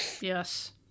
Yes